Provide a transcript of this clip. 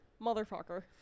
Motherfucker